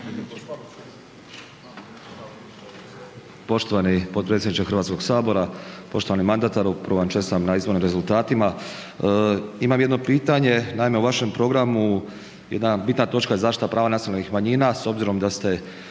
Poštovani potpredsjedniče Hrvatskog sabora, poštovani mandatu, prvo vam čestitam na izbornim rezultatima. Imamo jedno pitanje, naime, u vašem programu jedna bitna točka zaštita prava nacionalnih manjina, s obzirom da ste